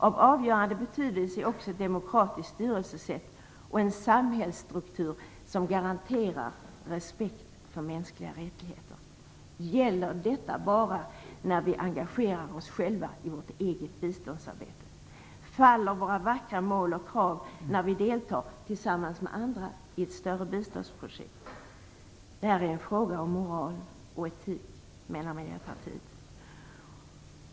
Av avgörande betydelse är också demokratiskt styrelsesätt och en samhällsstruktur som garanterar respekt för mänskliga rättigheter. Gäller detta bara när vi engagerar oss i vårt eget biståndsarbete? Faller våra vackra mål och krav när vi deltar tillsammans med andra i större biståndsprojekt? Det är en fråga om moral och etik, menar Miljöpartiet.